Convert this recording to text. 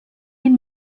ihn